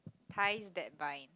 ties that bind